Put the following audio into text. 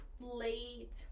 late